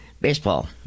baseball